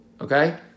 okay